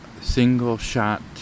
single-shot